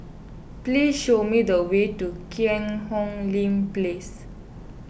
please show me the way to Cheang Hong Lim Place